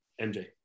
MJ